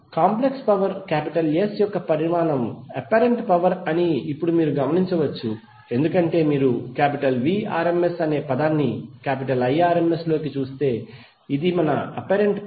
complex power S యొక్క పరిమాణం apparent power అని ఇప్పుడు మీరు గమనించవచ్చు ఎందుకంటే మీరు Vrms అనే పదాన్ని Irms లోకి చూస్తే ఇది మా అప్పారెంట్ పవర్